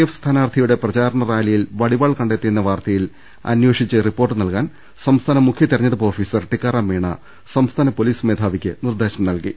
F സ്ഥാനാർത്ഥിയുടെ പ്രചാരണ റാലിയിൽ വടിവാൾ കണ്ടെത്തിയെന്ന വാർത്തയിൽ അന്വേഷിച്ച് റിപ്പോർട്ട് നൽകാൻ സംസ്ഥാന മുഖ്യ തെരഞ്ഞെടുപ്പ് ഓഫീസർ ടിക്കാറാം മീണ സംസ്ഥാന പൊലീസ് മേധാവിക്ക് നിർദ്ദേശം നൽകി